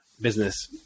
business